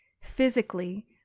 Physically